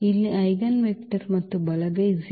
ಇಲ್ಲಿ ಐಜೆನ್ವೆಕ್ಟರ್ ಮತ್ತು ಬಲಗೈ 0